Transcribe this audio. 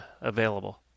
available